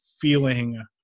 feeling